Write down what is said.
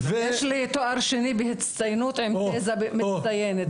יש לי תואר שני בהצטיינות עם תזה מצטיינת,